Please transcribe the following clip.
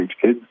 kids